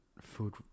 food